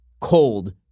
cold